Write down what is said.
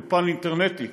אולפן אינטרנטי,